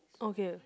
okay